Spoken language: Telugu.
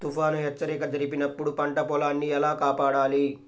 తుఫాను హెచ్చరిక జరిపినప్పుడు పంట పొలాన్ని ఎలా కాపాడాలి?